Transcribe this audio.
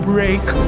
break